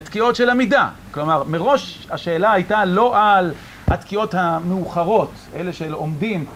תקיעות של עמידה, כלומר מראש השאלה הייתה לא על התקיעות המאוחרות, אלה של עומדים.